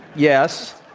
yes.